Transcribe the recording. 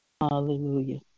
Hallelujah